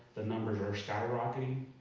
the numbers are sky-rocketing.